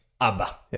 ABBA